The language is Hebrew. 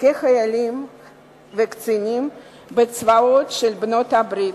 כחיילים וכקצינים בצבאות של בנות-הברית,